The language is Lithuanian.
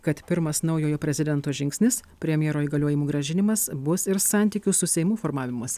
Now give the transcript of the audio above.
kad pirmas naujojo prezidento žingsnis premjero įgaliojimų grąžinimas bus ir santykių su seimu formavimosi